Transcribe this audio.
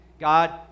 God